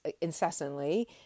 incessantly